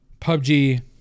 PUBG